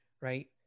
right